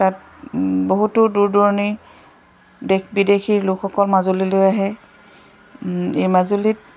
তাত বহুতো দূৰ দূৰণি দেশ বিদেশীৰ লোকসকল মাজুলীলৈ আহে এই মাজুলীত